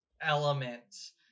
elements